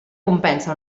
compensa